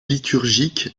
liturgique